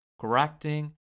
correcting